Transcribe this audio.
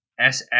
SX